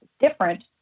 different